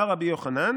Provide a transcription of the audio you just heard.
"אמר רבי יוחנן: